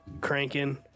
cranking